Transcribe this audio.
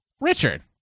Richard